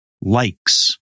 likes